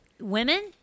women